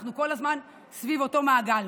ואנחנו כל הזמן סביב אותו מעגל.